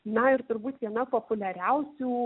na ir turbūt viena populiariausių